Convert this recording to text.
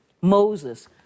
Moses